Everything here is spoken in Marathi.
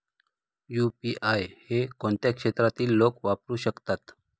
यु.पी.आय हे कोणत्या क्षेत्रातील लोक वापरू शकतात?